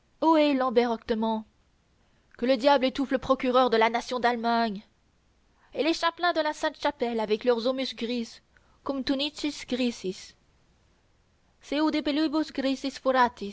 lambert hoctement que le diable étouffe le procureur de la nation d'allemagne et les chapelains de la sainte-chapelle avec leurs aumusses grises